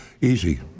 easy